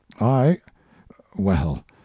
I—well